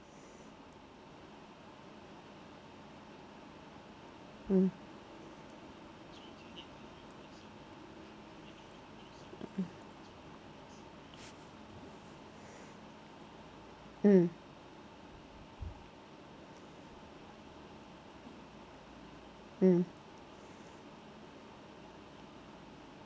mm mm mm